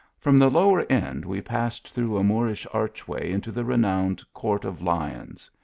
from the lower end, we passed through a moor ish arch-way into the renowned court of lions.